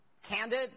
candid